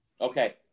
Okay